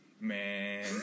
Man